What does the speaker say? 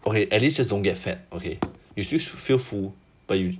okay at least just don't get fat okay you still feel full but you